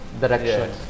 direction